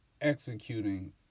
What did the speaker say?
executing